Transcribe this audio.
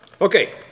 Okay